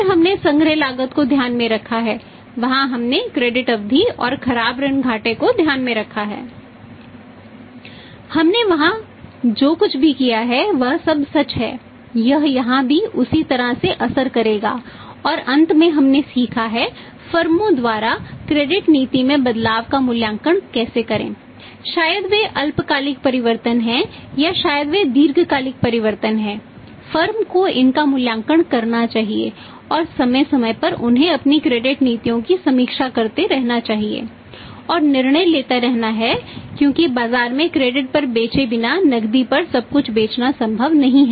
हमने वहां जो कुछ भी किया है वह सब सच है यह यहाँ भी उसी तरह से असर करेगा और अंत में हमने सीखा है फर्मों पर बेचे बिना और नकदी पर सब कुछ बेचना संभव नहीं है